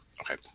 okay